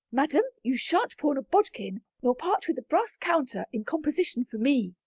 madam, you shan't pawn a bodkin, nor part with a brass counter, in composition for me.